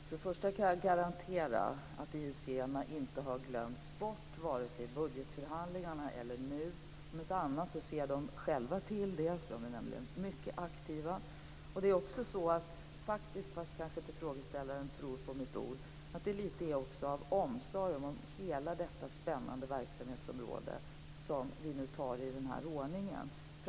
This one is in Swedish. Fru talman! Jag kan garantera att IUC inte har glömts bort vare sig i budgetförhandlingarna eller nu. Om inte annat ser man själv till det. Man är nämligen mycket aktiv. Det är faktiskt också så, även om frågeställaren kanske inte tror på mitt ord, att det lite är av omsorg om hela detta spännande verksamhetsområde som vi nu tar det i den här ordningen.